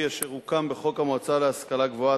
אשר הוקם בחוק המועצה להשכלה גבוהה,